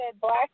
black